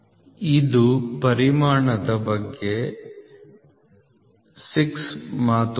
ಇದು ಪರಿಮಾಣದ ಬಗ್ಗೆ 6 ಮಾತುಕತೆ